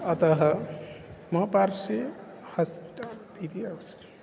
अतः मम पार्श्वे हास्पिटल् इति अवसरे